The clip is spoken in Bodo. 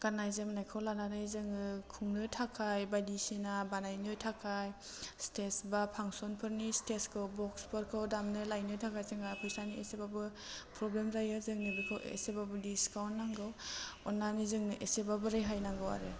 गान्नाय जोमनायखौ लानानै जोङो खुंनो थाखाय बायदिसिना बानायनो थाखाय स्टेज बा फान्सनफोनि स्टेजखौ बक्सफोरखौ दामनो लायनो थाखाय जोंना फैसानि एसेबाबो प्रब्लेम जायो जोंनो बेखौ एसेबाबो दिसकाउन्ट नांगौ अननानै जोंनो एसेबाबो रेहाय नांगौ आरो